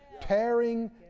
tearing